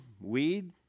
weed